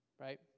right